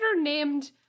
named